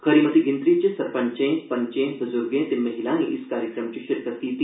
खरी मती गिनतरी च सरपंचें पंचें बुजुर्गें ते महिलाएं इस कार्यक्रम च शिरकत कीती